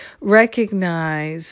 recognize